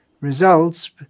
results